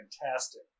fantastic